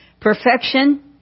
Perfection